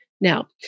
Now